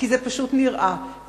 כי זה פשוט נראה.